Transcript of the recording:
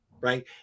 right